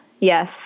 Yes